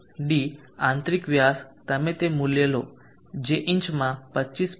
d આંતરિક વ્યાસ તમે તે મૂલ્ય લો જે ઇંચમાં 25